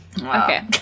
okay